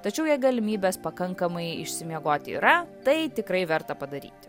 tačiau jei galimybės pakankamai išsimiegoti yra tai tikrai verta padaryti